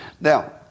Now